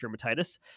dermatitis